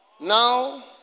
Now